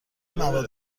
مواد